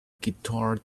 guitar